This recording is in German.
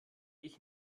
ich